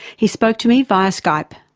he spoke to me via skype.